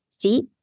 feet